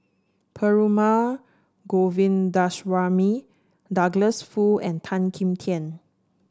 Perumal Govindaswamy Douglas Foo and Tan Kim Tian